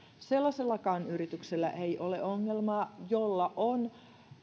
sellaisellakaan yrityksellä ei ole ongelmaa jolla on